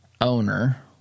owner